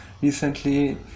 recently